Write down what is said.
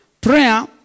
Prayer